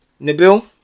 Nabil